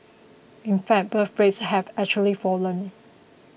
in fact birth rates have actually fallen